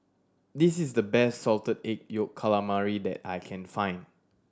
this is the best Salted Egg Yolk Calamari that I can find